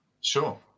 sure